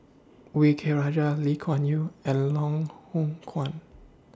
V K Rajah Lee Kuan Yew and Loh Hoong Kwan